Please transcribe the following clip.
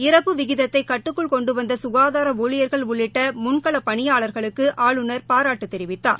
இறப்பு விகிதத்தை கட்டுக்குள் கொண்டு வந்த சுகாதார ஊழியர்கள் உள்ளிட்ட முன்களப் பணியாளர்களுக்கு ஆளுநர் பாராட்டு தெரிவித்தார்